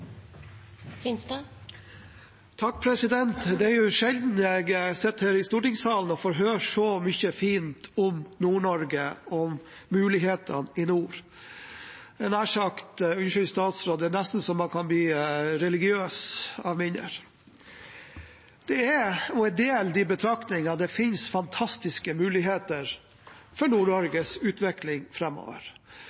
sjelden jeg sitter her i stortingssalen og får høre så mye fint om Nord-Norge og mulighetene i nord. Unnskyld, statsråd, men det er nesten så man kan bli religiøs av mindre! Jeg deler de betraktningene. Det finnes fantastiske muligheter for Nord-Norges utvikling framover. Og det er klart, som flere har vært inne på, at en avgjørende premiss for